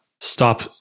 stop